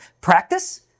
Practice